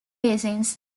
basins